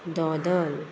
दोदोल